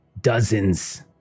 Dozens